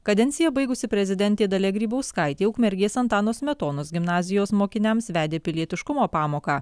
kadenciją baigusi prezidentė dalia grybauskaitė ukmergės antano smetonos gimnazijos mokiniams vedė pilietiškumo pamoką